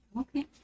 Okay